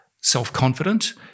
self-confident